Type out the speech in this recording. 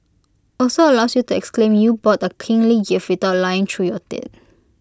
also allows you to exclaim you bought A kingly gift without lying through your teeth